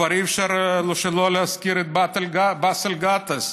כבר אי-אפשר שלא להזכיר את באסל גטאס.